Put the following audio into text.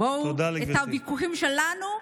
את הוויכוחים שלנו,